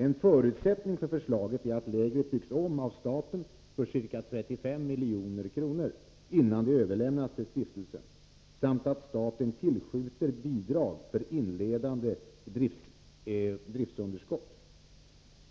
En förutsättning för förslaget är att lägret byggs om av staten för ca 35 milj.kr., innan det överlämnas till stiftelsen samt att staten tillskjuter bidrag för inledande driftsunderskott.